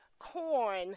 corn